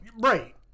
Right